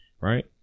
Right